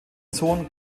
sohn